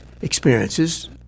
experiences